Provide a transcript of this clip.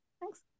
thanks